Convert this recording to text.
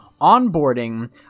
onboarding